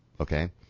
Okay